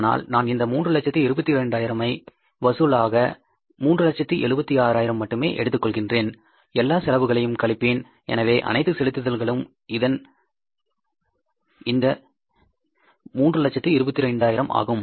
ஆனால் நான் இந்த 322000 ஐ வசூலக 376000 மட்டுமே எடுத்துக்கொள்கிறேன் எல்லா செலவுகளையும் கழிப்பேன் எனவே அனைத்து செலுத்துதல்களும் இதன் 322000 ஆகும்